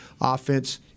offense